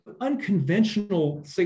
unconventional